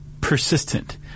persistent